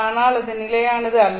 ஆனால் அது நிலையானது அல்ல